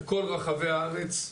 בכל רחבי הארץ.